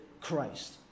Christ